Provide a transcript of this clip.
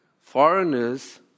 foreigners